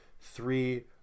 three